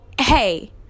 hey